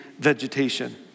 vegetation